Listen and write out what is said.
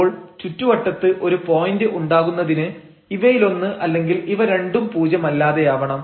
അപ്പോൾ ചുറ്റുവട്ടത്ത് ഒരു പോയന്റ് ഉണ്ടാകുന്നതിന് ഇവയിലൊന്ന് അല്ലെങ്കിൽ ഇവ രണ്ടും പൂജ്യമല്ലാതെയാവണം